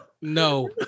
no